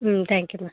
ம் thank you ma'am